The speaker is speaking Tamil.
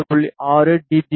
6 டி பி எம் ஆகும்